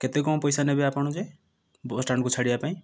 କେତେ କ'ଣ ପଇସା ନେବେ ଆପଣ ଯେ ବସଷ୍ଟାଣ୍ଡକୁ ଛାଡ଼ିବା ପାଇଁ